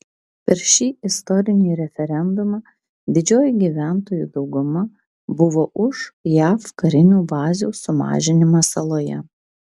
per šį istorinį referendumą didžioji gyventojų dauguma buvo už jav karinių bazių sumažinimą saloje